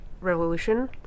Revolution